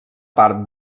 part